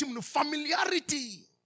Familiarity